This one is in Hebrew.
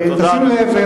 תשים לב,